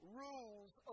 rules